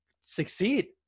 succeed